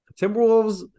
Timberwolves